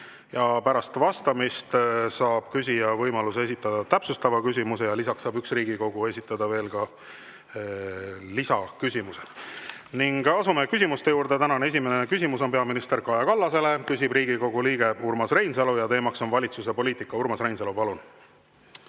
Pärast vastamist saab küsija võimaluse esitada täpsustava küsimuse ja üks Riigikogu liige saab esitada ka lisaküsimuse. Asume küsimuste juurde. Tänane esimene küsimus on peaminister Kaja Kallasele, küsib Riigikogu liige Urmas Reinsalu ja teema on valitsuse poliitika. Urmas Reinsalu, palun!